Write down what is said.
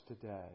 today